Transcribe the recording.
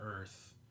earth